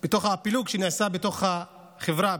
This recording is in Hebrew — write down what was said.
הפילוג שנעשה בתוך החברה,